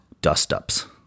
dust-ups